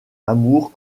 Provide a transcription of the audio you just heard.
amour